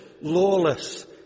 lawless